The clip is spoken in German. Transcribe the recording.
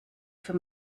für